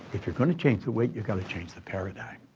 if you're going to change the weight, you've got to change the paradigm.